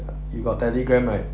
you got Telegram right